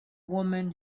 woman